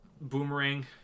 Boomerang